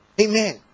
Amen